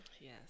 yes